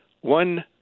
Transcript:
one